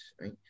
right